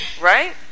Right